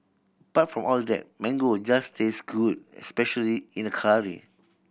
apart from all that mango just tastes good especially in a curry